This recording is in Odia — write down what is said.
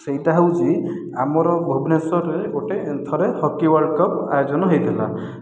ସେଇଟା ହେଉଛି ଆମର ଭୁବନେଶ୍ୱରରେ ଗୋଟିଏ ଥରେ ହକି ୱାର୍ଲ୍ଡ କପ୍ ଆୟୋଜନ ହୋଇଥିଲା